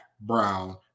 Brown